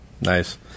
Nice